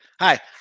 Hi